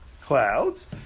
clouds